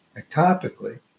ectopically